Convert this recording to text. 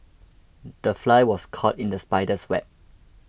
the fly was caught in the spider's web